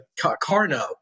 Carno